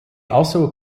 also